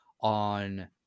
on